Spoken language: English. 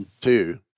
Two